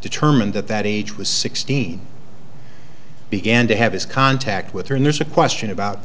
determine that that age was sixteen began to have his contact with her and there's a question about